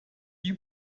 you